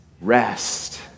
Rest